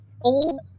Old